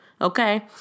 Okay